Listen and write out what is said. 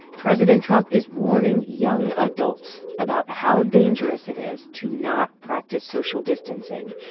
president trump is warning young adults about how dangerous it is to not practice social distancing.